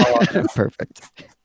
Perfect